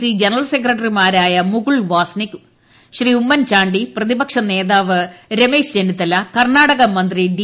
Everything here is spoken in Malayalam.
സി ജനറൽ സെക്രട്ടറിമാരായ മുകുൾ വാസ്നിക് ഉമ്മൻചാണ്ടി പ്രതിപക്ഷ നേതാവ് ചെന്നിത്തല കർണ്ണാടകമന്ത്രി ഡി